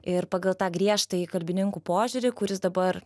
ir pagal tą griežtąjį kalbininkų požiūrį kuris dabar